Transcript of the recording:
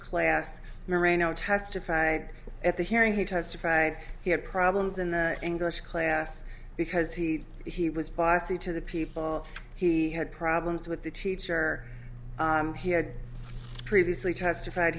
class marino testified at the hearing he testified he had problems in the english class because he he was bossy to the people he had problems with the teacher he had previously testified